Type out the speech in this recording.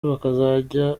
bakazajya